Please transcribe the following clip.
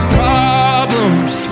problems